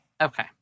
Okay